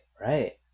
right